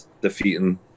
defeating